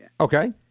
Okay